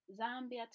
Zambia